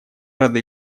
рады